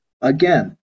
Again